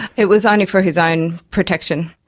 it was only for his own protection.